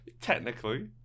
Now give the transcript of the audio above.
Technically